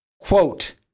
Quote